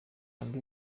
undi